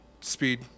speed